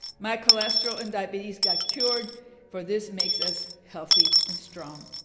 my cholesterol and diabetes got cured for this makes us healthy and strong.